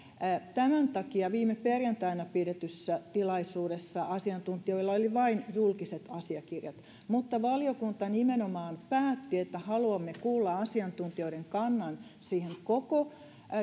tämän takia viime perjantaina pidetyssä tilaisuudessa asiantuntijoilla oli vain julkiset asiakirjat mutta valiokunta nimenomaan päätti että haluamme kuulla asiantuntijoiden kannan siihen koko